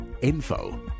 info